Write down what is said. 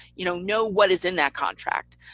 you know know what is in that contract.